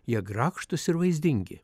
jie grakštūs ir vaizdingi